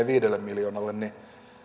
viidelle miljoonalle niin